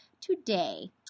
today